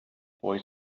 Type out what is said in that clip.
boy